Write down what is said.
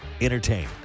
Entertain